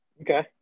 Okay